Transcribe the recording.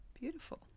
Beautiful